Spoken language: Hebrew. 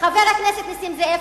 חבר הכנסת נסים זאב,